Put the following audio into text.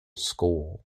school